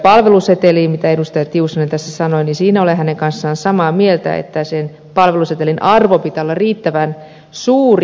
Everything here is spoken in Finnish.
tiusanen tässä sanoi niin siinä olen hänen kanssaan samaa mieltä että sen palvelusetelin arvon pitää olla riittävän suuri